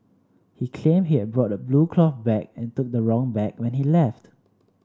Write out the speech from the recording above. he claimed he had brought a blue cloth bag and took the wrong bag when he left